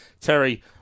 Terry